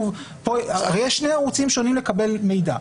יש שני ערוצים שונים לקבל מידע.